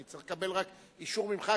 אני אצטרך לקבל רק אישור ממך,